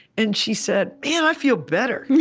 and she said, man, i feel better. yeah